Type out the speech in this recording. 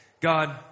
God